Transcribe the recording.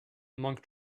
monk